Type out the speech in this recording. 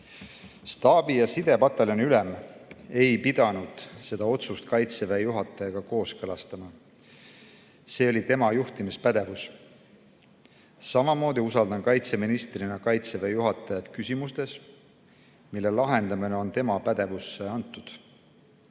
Staabi- ja sidepataljoni ülem ei pidanud seda otsust Kaitseväe juhatajaga kooskõlastama. See oli tema juhtimispädevuses. Ma usaldan kaitseministrina Kaitseväe juhatajat küsimustes, mille lahendamine on tema pädevusse antud.